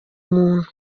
muntu